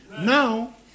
Now